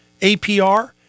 APR